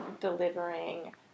delivering